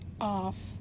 off